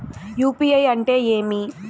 UPI అంటే ఏమి?